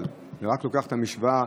ורק לוקח את המשוואה,